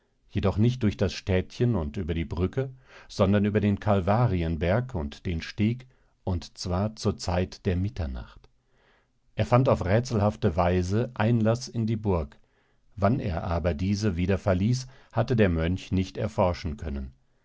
jedoch nicht durch das städtchen und über die brücke sondern über den kalvarienberg und den steg und zwar zur zeit der mitternacht er fand auf rätselhafte weise einlaß in die burg wann er aber diese wieder verließ hatte der mönch nicht erforschen können